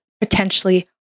potentially